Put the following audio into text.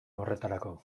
horretarako